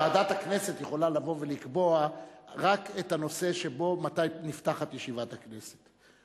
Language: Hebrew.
ועדת הכנסת יכולה לבוא ולקבוע רק מתי נפתחת ישיבת הכנסת.